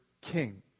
king